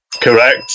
Correct